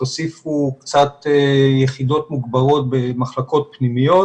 ותוסיפו קצת יחידות מוגברות במחלקות פנימיות,